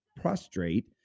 prostrate